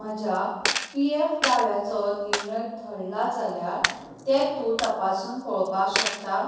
म्हज्या P F दाव्याचो निर्णय थल्ला जाल्या तें तूं तपासून पळोपा शकता